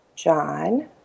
John